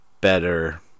better